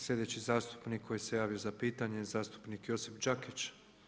Sljedeći zastupnik koji se javi za pitanje je zastupnik Josip Đakić.